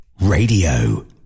Radio